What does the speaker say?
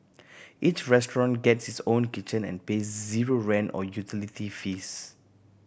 each restaurant gets its own kitchen and pays zero rent or utility fees